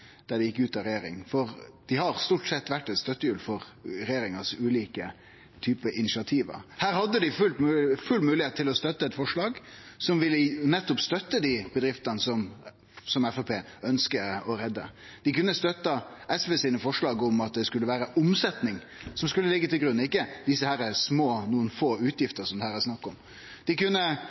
dei gjekk ut av regjering – for dei har stort sett vore eit støttehjul for regjeringa i deira ulike typar initiativ. Her hadde dei full moglegheit til å støtte eit forslag som nettopp ville støtte dei bedriftene Framstegspartiet ønskjer å redde. Dei kunne ha støtta forslaga frå SV om at det var omsetning som skulle liggje til grunn, ikkje desse små og få utgiftene det her er snakk om. Dei kunne